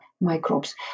microbes